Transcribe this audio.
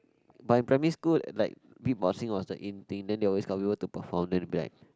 but in primary school like Beatboxing was the in thing then they always got people to perform then it'll be like